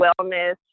wellness